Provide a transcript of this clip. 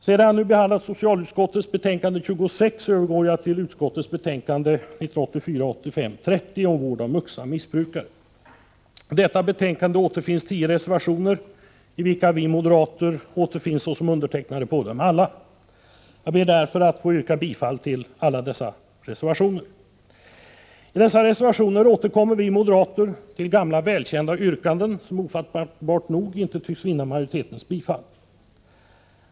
Sedan jag nu har behandlat socialutskottets betänkande 26 övergår jag till utskottets betänkande 1984/85:30 om vård av vuxna missbrukare. Till detta betänkande har fogats tio reservationer, och vi moderater återfinns som undertecknare av dem alla. Jag ber därför att få yrka bifall till samtliga reservationer. I dessa reservationer återkommer vi moderater till gamla välkända yrkanden, som ofattbart nog inte tycks vinna majoritetens bifall.